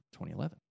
2011